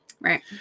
Right